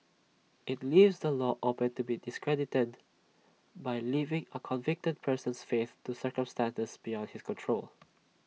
IT leaves the law open to be discredited by leaving A convicted person's fate to circumstances beyond his control